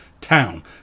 town